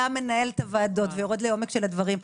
מנהל את הוועדות ויורד לעומק הדברים.